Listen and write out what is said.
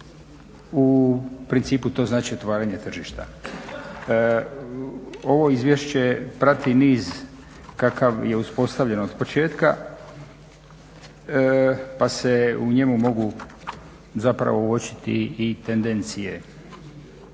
u principu to znači otvaranje tržišta. Ovo izvješće prati niz kakav je uspostavljen od početka pa se u njemu mogu uočiti i tendencije.